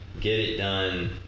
get-it-done